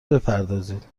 بپردازید